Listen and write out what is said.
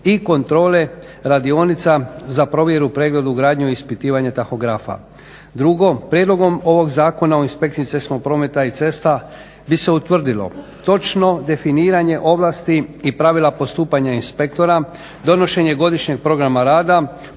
i kontrole radionica za provjeru, pregled, ugradnju, ispitivanje tahografa. Drugo, prijedlog ovog zakona o inspekciji cestovnog prometa i cesta bi se utvrdilo točno definiranje ovlasti i pravila postupanja inspektora, donošenje godišnjeg programa rada,